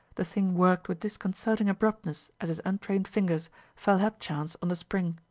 the thing worked with disconcerting abruptness as his untrained fingers fell hapchance on the spring.